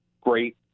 great